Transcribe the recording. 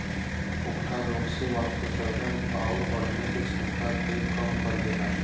उकठा रोग से वाष्पोत्सर्जन आउर बढ़ने की छमता के कम कर देला